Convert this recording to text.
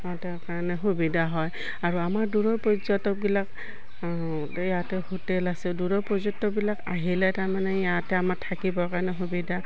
অ' তেওঁ কাৰণে সুবিধা হয় আৰু আমাৰ দূৰৰ পৰ্যটকবিলাক ইয়াতে হোটেল আছে দূৰৰ পৰ্যটবিলাক আহিলে তাৰমানে ইয়াতে আমাৰ থাকিবৰ কাৰণে সুবিধা